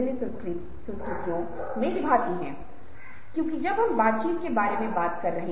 तो प्रतिस्थापन होता है और सूक्ष्म भाव मैंने संकेत किया है